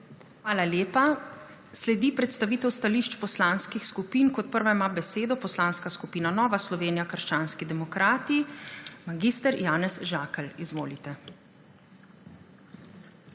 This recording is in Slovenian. Hvala lepa. Sledi predstavitev stališč poslanskih skupin. Kot prva ima besedo Poslanska skupina Nova Slovenija – krščanski demokrati. Mag. Janez Žakelj, izvolite.